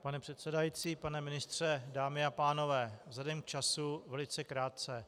Pane předsedající, pane ministře, dámy a pánové, vzhledem k času velice krátce.